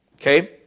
Okay